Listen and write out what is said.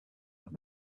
have